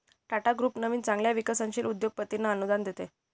Tata group नवीन चांगल्या विकसनशील उद्योगपतींना अनुदान देते